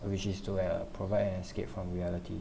which is to uh provide an escape from reality